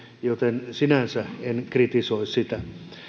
joten sinänsä en kritisoi sitä